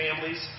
families